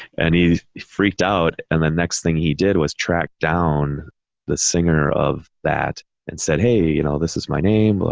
and he freaked out and the next thing he did was tracked down the singer of that and said, hey, you know, this is my name, but